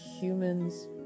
humans